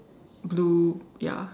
blue ya